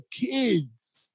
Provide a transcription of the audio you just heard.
kids